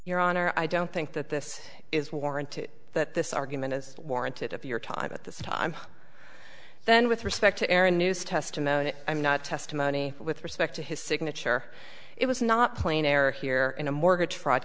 your honor i don't think that this is warranted that this argument is warranted of your time at this time then with respect to aaron news testimony i'm not testimony with respect to his signature it was not plain error here in a mortgage fraud